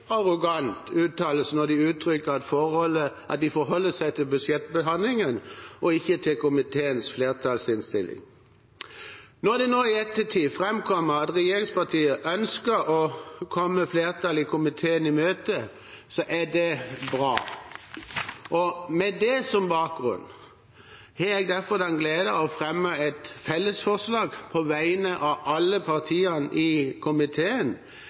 arrogant uttalelse når de uttrykker at de forholder seg til budsjettbehandlingen og ikke til komiteens flertall i innstillingen. Når det nå i ettertid framkommer at regjeringspartiene ønsker å komme flertallet i komiteen i møte, er det bra. Med det som bakgrunn har jeg derfor den glede å fremme et fellesforslag på vegne av alle partiene i komiteen.